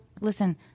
listen